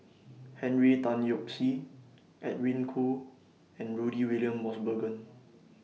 Henry Tan Yoke See Edwin Koo and Rudy William Mosbergen